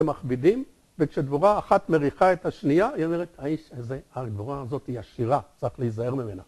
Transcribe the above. כשמכבידים וכשדבורה אחת מריחה את השנייה, היא אומרת, הדבורה הזאתי היא עשירה, צריך להיזהר ממנה.